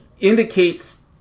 indicates